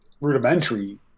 rudimentary